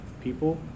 people